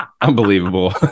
unbelievable